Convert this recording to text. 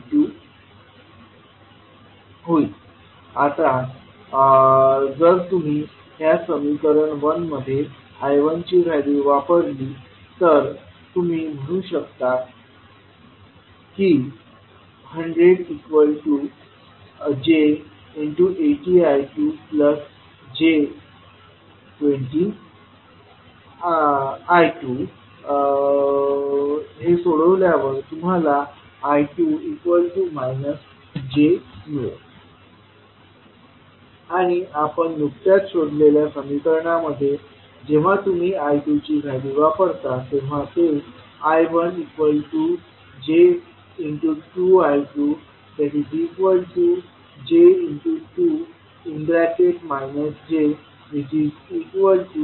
आता सर तुम्ही ह्या समीकरण 1 मध्ये I1ची व्हॅल्यू वापरली तर तुम्ही म्हणू शकतो की 100j80I2j20I2I2 j आणि आपण नुकत्याच शोधलेल्या समीकरणामध्ये जेव्हा तुम्ही I2ची व्हॅल्यू वापरता तेव्हा I1j2I2j2 j2 असेल